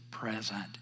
Present